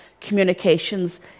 communications